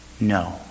No